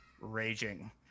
raging